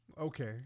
Okay